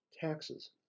taxes